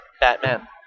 Batman